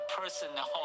personal